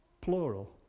plural